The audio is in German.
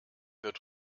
wird